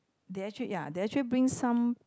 they actually ya they actually bring some